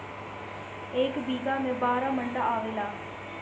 एक बीघा में बारह मंडा आवेला